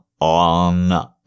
on